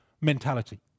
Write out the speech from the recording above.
mentality